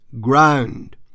ground